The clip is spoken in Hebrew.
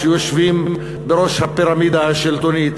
שיושבים בראש הפירמידה השלטונית.